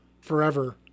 forever